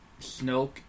Snoke